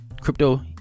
crypto